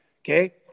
Okay